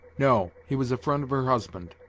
no, he was a friend of her husband.